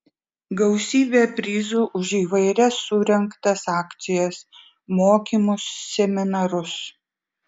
gausybė prizų už įvairias surengtas akcijas mokymus seminarus